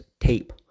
tape